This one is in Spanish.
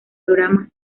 programa